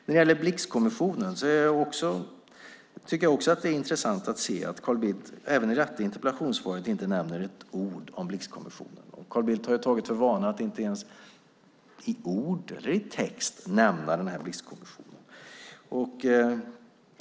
Det är intressant att Carl Bildt även i detta interpellationssvar inte nämner ett ord om Blixkommissionen. Carl Bildt har tagit för vana att inte ens i ord eller i text nämna Blixkommissionen.